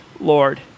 Lord